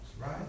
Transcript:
right